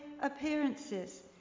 appearances